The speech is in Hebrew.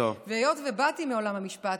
והיות שבאתי מעולם המשפט,